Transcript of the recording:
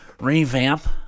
revamp